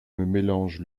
mélange